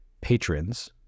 patrons